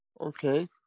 Okay